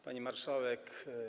Pani Marszałek!